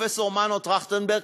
הפרופסור מנו טרכטנברג,